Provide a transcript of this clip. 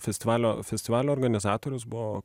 festivalio festivalio organizatorius buvo